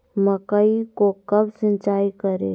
मकई को कब सिंचाई करे?